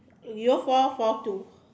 zero four four two